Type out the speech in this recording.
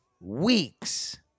weeks